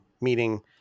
meaning